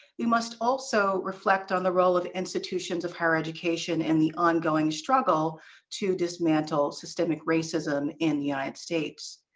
we must also reflect on the role of institutions of higher education in the ongoing struggle to dismantle systemic racism in the united states.